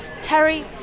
Terry